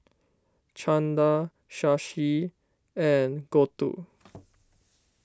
Chanda Shashi and Gouthu